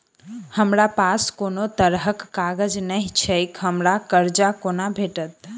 हमरा पास कोनो तरहक कागज नहि छैक हमरा कर्जा कोना भेटत?